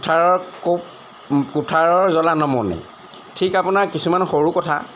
কুঠাৰৰ কু কুঠাৰৰ জলঙা নমনে ঠিক আপোনাৰ কিছুমান সৰু কথা